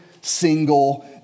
single